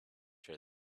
her